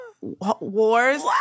Wars